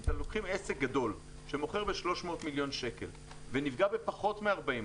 אם אתם לוקחים עסק גדול שמוכר ב-300 מיליון שקל ונפגע בפחות מ-40%,